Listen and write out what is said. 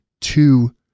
two